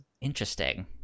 Interesting